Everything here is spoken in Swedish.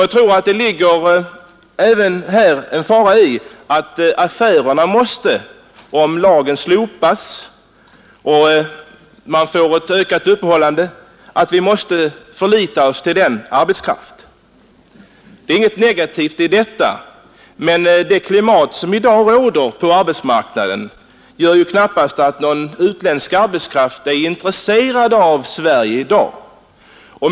Jag tror att även här ligger en fara i att affärerna, om lagen slopas och om man får ett ökat öppethållande, måste förlita sig på den utländska arbetskraften. Det ligger inget negativt i detta, men det klimat som i dag råder på arbetsmarknaden gör att någon utländsk arbetskraft knappast är intresserad av Sverige.